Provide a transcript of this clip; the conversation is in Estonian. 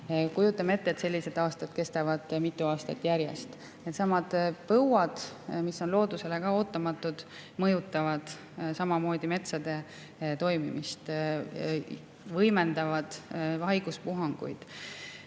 Kujutame ette, et sellised aastad kestavad mitu aastat järjest. Põuad, mis on ka loodusele ootamatud, mõjutavad samamoodi metsade toimimist ja võimendavad haiguspuhanguid.